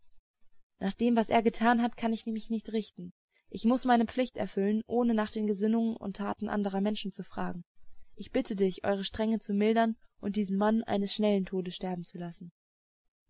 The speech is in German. nach dem was er getan hat kann ich mich nicht richten ich muß meine pflicht erfüllen ohne nach den gesinnungen und taten anderer menschen zu fragen ich bitte dich eure strenge zu mildern und diesen mann eines schnellen todes sterben zu lassen